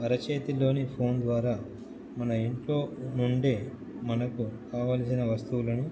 అరచేతిలోని phone ద్వారా మన ఇంట్లో నుండి మనకు కావాల్సిన వస్తువులను